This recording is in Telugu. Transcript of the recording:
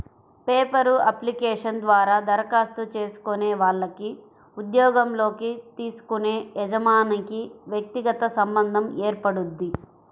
పేపర్ అప్లికేషన్ ద్వారా దరఖాస్తు చేసుకునే వాళ్లకి ఉద్యోగంలోకి తీసుకునే యజమానికి వ్యక్తిగత సంబంధం ఏర్పడుద్ది